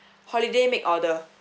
holiday make order